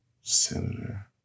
Senator